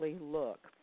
look